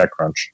TechCrunch